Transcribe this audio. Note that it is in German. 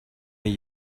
mir